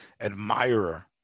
admirer